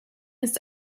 ist